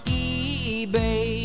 eBay